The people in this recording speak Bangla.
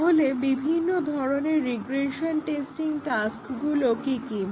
তাহলে বিভিন্ন ধরনের রিগ্রেশন টেস্টিং টাস্কগুলো কি কি